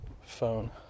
phone